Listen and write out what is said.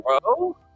bro